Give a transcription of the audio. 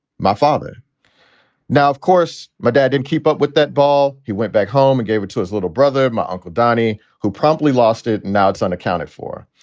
my father now, of course, my dad and keep up with that ball. he went back home and gave it to his little brother. my uncle donnie, who promptly lost it. and now it's unaccounted for.